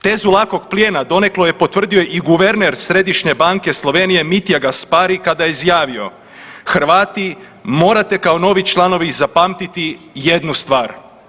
Tezu lakog plijena donekle je potvrdio i guverner Središnje banke Slovenije Mitir Gaspariv kada je izjavio Hrvati morate kao novi članovi zapamtiti jednu stvar.